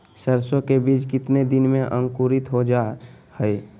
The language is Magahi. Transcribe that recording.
सरसो के बीज कितने दिन में अंकुरीत हो जा हाय?